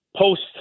post-